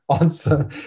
answer